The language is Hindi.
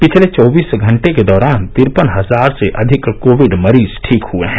पिछले चौबीस घंटे के दौरान तिरपन हजार से अधिक कोविड मरीज ठीक हुए है